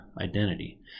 identity